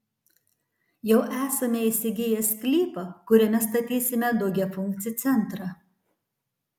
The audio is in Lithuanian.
jau esame įsigiję sklypą kuriame statysime daugiafunkcį centrą